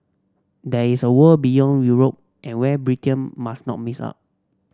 there is a world beyond Europe and where Britain must not miss up